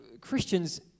Christians